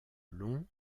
long